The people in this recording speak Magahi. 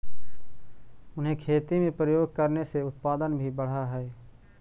उन्हें खेती में प्रयोग करने से उत्पादन भी बढ़अ हई